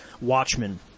Watchmen